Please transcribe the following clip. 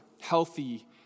healthy